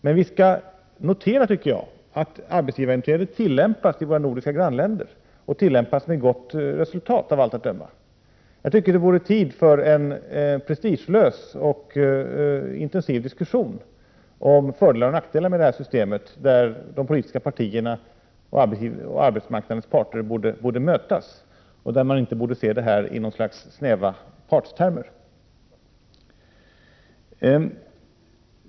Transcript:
Men vi skall notera att ett arbetsgivarinträde tillämpas i våra nordiska grannländer, av allt att döma med gott resultat. Det vore tid för en prestigelös och intensiv diskussion om fördelarna och nackdelarna med ett sådant system, en diskussion där de olika politiska partierna och arbetsmarknadens parter fick mötas och där man inte såg frågan i något slags snäva parttermer.